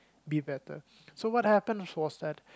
be better so what happened was that